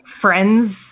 friends